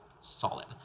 solid